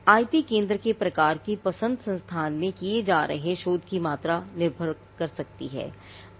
IP केंद्र के प्रकार की पसंद संस्थान में किए जा रहे शोध की मात्रा पर निर्भर कर सकती है